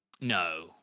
no